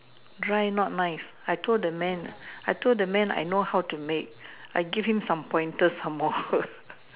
dry not nice I told the man I told the man I know how to make I giving some point to some more